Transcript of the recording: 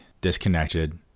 disconnected